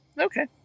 Okay